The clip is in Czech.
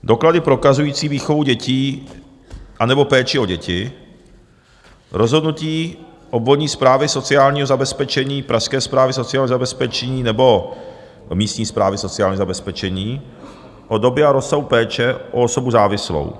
doklady prokazující výchovu dětí anebo péči o děti; rozhodnutí obvodní správy sociálního zabezpečení, Pražské správy sociálního zabezpečení nebo místní správy sociálního zabezpečení o době a rozsahu péče o osobu závislou;